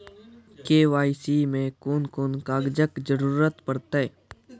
KYC मे कून कून कागजक जरूरत परतै?